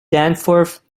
danforth